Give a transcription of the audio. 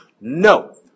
no